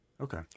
Okay